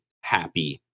happy